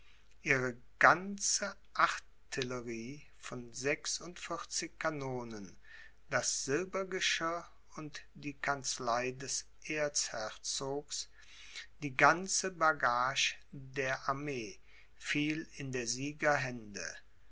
ihre ganze artillerie von sechsundvierzig kanonen das silbergeschirr und die kanzlei des erzherzogs die ganze bagage der armee fiel in der